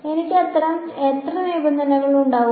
എനിക്ക് അത്തരം എത്ര നിബന്ധനകൾ ഉണ്ടാകും